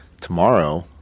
tomorrow